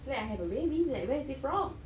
it's like I have a baby like where is it from